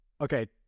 Okay